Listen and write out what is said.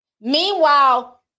Meanwhile